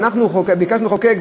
כאשר ביקשנו לחוקק,